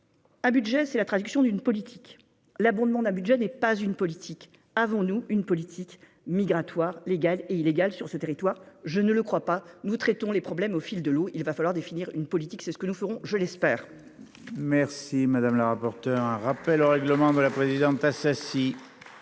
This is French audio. à budget c'est la traduction d'une politique l'abondement d'un budget n'est pas une politique, avons-nous une politique migratoire, légale et illégale sur ce territoire, je ne le crois pas, nous traitons les problèmes au fil de l'eau, il va falloir définir une politique, c'est ce que nous ferons, je l'espère. Merci madame la rapporteure un rappel au règlement de la présidente Assassi.